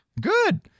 Good